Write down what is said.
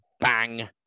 bang